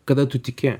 kada tu tiki